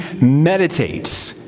meditates